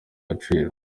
gaciro